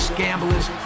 gamblers